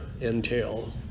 entail